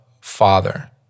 Father